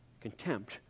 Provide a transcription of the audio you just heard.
Contempt